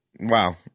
Wow